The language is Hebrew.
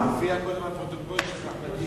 זה מופיע קודם בפרוטוקול אחמד טיבי.